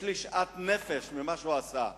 יש לי שאט נפש ממה שהוא עשה.